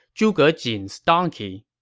zhuge jin's donkey.